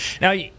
Now